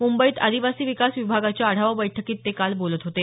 मुंबईत आदिवासी विकास विभागाच्या आढावा बैठकीत काल ते बोलत होते